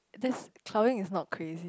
that's clubbing is not crazy